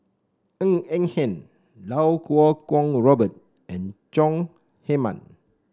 Ng Eng Hen Iau Kuo Kwong Robert and Chong Heman